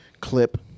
clip